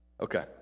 Okay